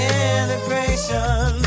integration